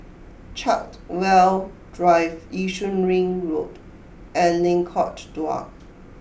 Chartwell Drive Yishun Ring Road and Lengkok Dua